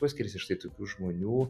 kuo skiriasi štai tokių žmonių